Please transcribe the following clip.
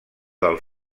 del